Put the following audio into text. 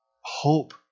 hope